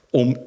om